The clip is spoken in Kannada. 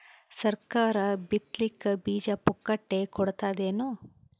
ಸರಕಾರ ಬಿತ್ ಲಿಕ್ಕೆ ಬೀಜ ಪುಕ್ಕಟೆ ಕೊಡತದೇನು?